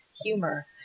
humor